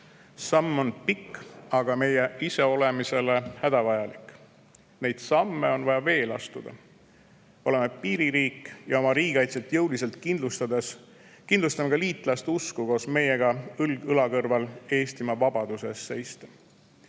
Samm on pikk, aga meie iseolemisele hädavajalik. Neid samme on vaja veel astuda. Oleme piiririik ja oma riigikaitset jõuliselt kindlustades kindlustame ka liitlaste tahet koos meiega õlg õla kõrval Eestimaa vabaduse eest